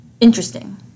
interesting